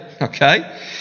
Okay